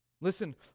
Listen